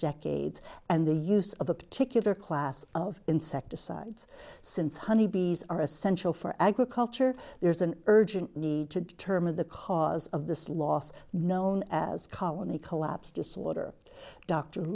decades and the use of a particular class of insecticides since honeybees are essential for agriculture there's an urgent need to determine the cause of this loss known as colony collapse disorder dr